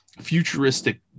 futuristic